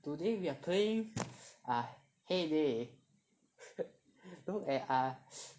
today we are playing err Hay Day look at err